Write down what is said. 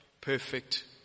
perfect